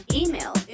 email